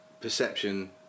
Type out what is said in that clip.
perception